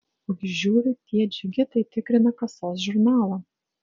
ogi žiūriu tie džigitai tikrina kasos žurnalą